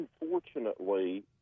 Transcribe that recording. unfortunately